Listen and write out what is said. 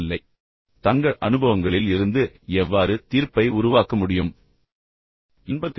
எனவே அவர்கள் தங்கள் சொந்த அனுபவங்களில் இருந்து இருந்து எவ்வாறு தீர்ப்பை உருவாக்க முடியும் என்பது அவர்களுக்குத் தெரியும்